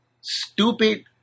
stupid